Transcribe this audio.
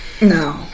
No